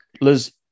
Liz